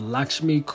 Lakshmi